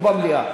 או במליאה?